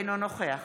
אינו נוכח